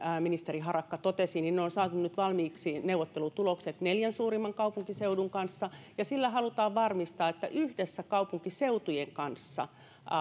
ministeri harakka totesi neuvottelutulokset on saatu nyt valmiiksi neljän suurimman kaupunkiseudun kanssa ja sillä halutaan varmistaa että yhdessä kaupunkiseutujen kanssa